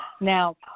Now